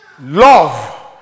Love